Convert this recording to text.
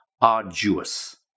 Arduous